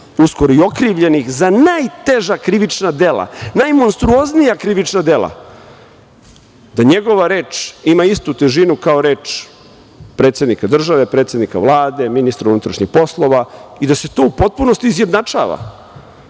uskoro i okrivljenih, za najteža krivična dela, najmonstruoznija krivična dela, da njegova reč ima istu težinu kao reč predsednika države, predsednika Vlade, ministra unutrašnjih poslova, i da se to u potpunosti izjednačava.